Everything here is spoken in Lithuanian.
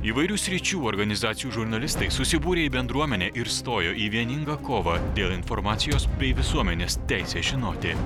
įvairių sričių organizacijų žurnalistai susibūrė į bendruomenę ir stojo į vieningą kovą dėl informacijos bei visuomenės teisės žinoti